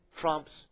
trumps